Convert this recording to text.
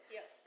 Yes